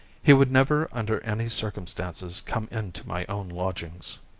he would never under any circumstances come into my own lodgings.